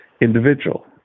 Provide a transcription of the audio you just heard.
individual